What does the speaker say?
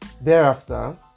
Thereafter